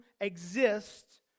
exist